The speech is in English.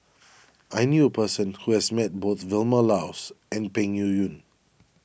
I knew a person who has met both Vilma Laus and Peng Yuyun